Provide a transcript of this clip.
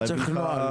לא צריך נוהל.